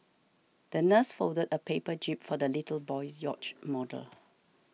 the nurse folded a paper jib for the little boy's yacht model